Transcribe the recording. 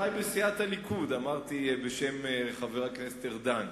את דברי בסיעת הליכוד אמרתי בשם חבר הכנסת ארדן.